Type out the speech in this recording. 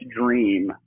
dream